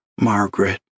Margaret